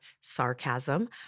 sarcasm